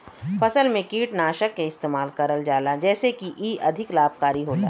फसल में कीटनाशक के इस्तेमाल करल जाला जेसे की इ अधिक लाभकारी होला